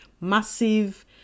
massive